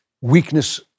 weakness